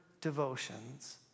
devotions